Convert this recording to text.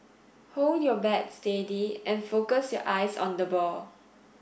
hold your bat steady and focus your eyes on the ball